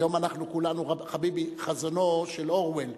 היום אנחנו כולנו, חביבי, בחזונו של אורוול,